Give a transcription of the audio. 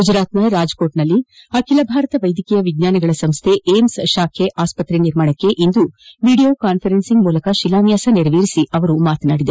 ಗುಜರಾತ್ನ ರಾಜ್ಕೋಟ್ನಲ್ಲಿ ಅಖಿಲ ಭಾರತ ವೈದ್ಯಕೀಯ ವಿಜ್ಞಾನಗಳ ಸಂಸ್ಥೆ ಏಮ್ಲ್ ಶಾಖೆ ಆಸ್ಪತ್ರೆ ನಿರ್ಮಾಣಕ್ಕೆ ಇಂದು ವಿಡಿಯೋ ಕಾನ್ವೆರೆನ್ ಮೂಲಕ ಶಿಲಾನ್ಲಾಸ ನೆರವೇರಿಸಿ ಅವರು ಮಾತನಾಡಿದರು